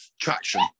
traction